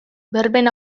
berben